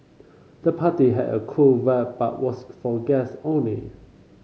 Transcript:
the party had a cool vibe but was for guest only